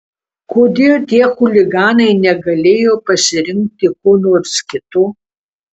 kodėl tie chuliganai negalėjo pasirinkti ko nors kito